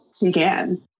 began